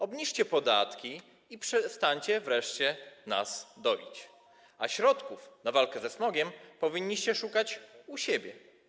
Obniżcie podatki i przestańcie wreszcie nas doić, a środków na walkę ze smogiem powinniście szukać u siebie.